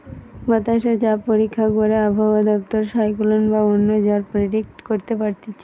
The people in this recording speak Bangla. বাতাসে চাপ পরীক্ষা করে আবহাওয়া দপ্তর সাইক্লোন বা অন্য ঝড় প্রেডিক্ট করতে পারতিছে